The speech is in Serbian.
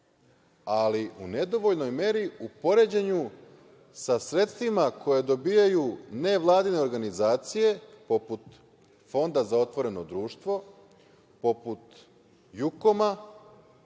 ali u nedovoljnoj meri u poređenju sa sredstvima koja dobijaju nevladine organizacije, poput Fonda za otvoreno društvo, poput JUKOM-a,